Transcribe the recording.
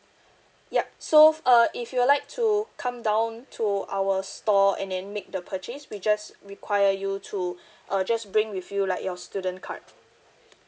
yup so uh if you'd like to come down to our store and then make the purchase we just require you to uh just bring with you like your student card